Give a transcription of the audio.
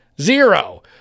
Zero